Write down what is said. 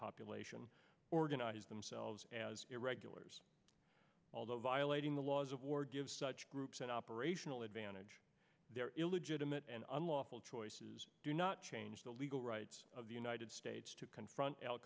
population organize themselves as irregulars although violating the laws of war gives such groups an operational advantage there illegitimate and unlawful choices do not change the legal rights of the united states to confront